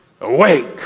Awake